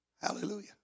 Hallelujah